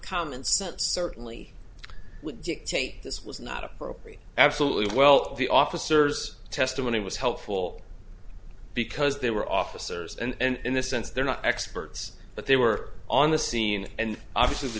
common sense certainly would dictate this was not appropriate absolutely well the officers testimony was helpful because they were officers and in this sense they're not experts but they were on the scene and obviously the